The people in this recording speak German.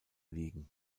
liegen